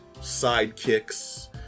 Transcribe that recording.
sidekicks